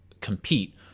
compete